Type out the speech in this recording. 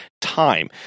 time